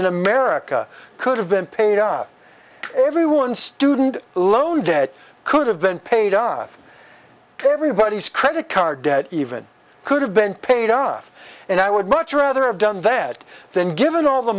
in america could have been paid out everyone student loan debt could have been paid on everybody's credit card debt even could have been paid off and i would much rather have done that than given all the